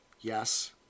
Yes